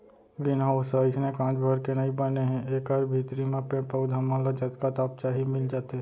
green house ह अइसने कांच भर के नइ बने हे एकर भीतरी म पेड़ पउधा मन ल जतका ताप चाही मिल जाथे